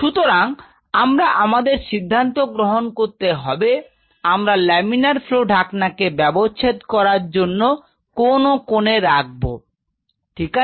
সুতরাং আমরা আমাদের সিদ্ধান্ত গ্রহণ করতে হবে আমরা লামিনার ফ্লো ঢাকনা কে ব্যবচ্ছেদ করার জন্য কোন কোণে রাখবো ঠিক আছে